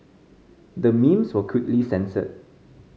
the memes were quickly censored